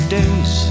days